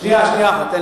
שנייה אחת.